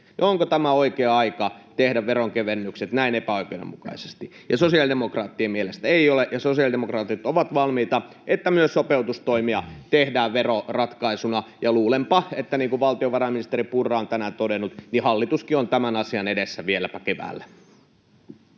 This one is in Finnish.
eteenpäin, oikea aika tehdä veronkevennykset näin epäoikeudenmukaisesti. Sosiaalidemokraattien mielestä ei ole, ja sosiaalidemokraatit ovat valmiita siihen, että myös sopeutustoimia tehdään veroratkaisuna, ja luulenpa, niin kuin valtiovarainministeri Purra on tänään todennut, että hallituskin on tämän asian edessä vieläpä keväällä.